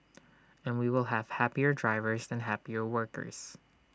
and we will have happier drivers and happier workers